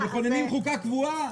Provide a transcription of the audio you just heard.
שאתם מבקשים לחזק אותה,